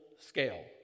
scale